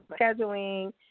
scheduling